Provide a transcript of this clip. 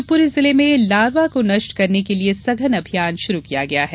शिवपुरी जिले में लारवा को नष्ट करने के लिए सघन अभियान शुरू किया गया है